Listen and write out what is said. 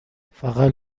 فقط